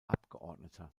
abgeordneter